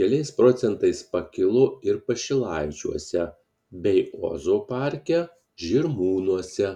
keliais procentais pakilo ir pašilaičiuose bei ozo parke žirmūnuose